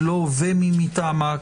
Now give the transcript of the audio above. ולא ומי מטעמה.